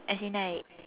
as in like